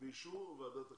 באישור ועדת הקליטה.